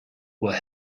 were